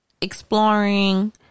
exploring